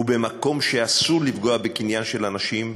ובמקום שאסור לפגוע בקניין של אנשים,